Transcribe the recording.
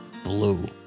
blue